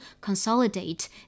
consolidate